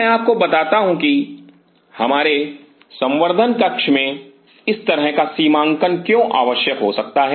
मैं आपको बताता हूं कि हमारे संवर्धन कक्ष में इस तरह का सीमांकन क्यों आवश्यक हो सकता है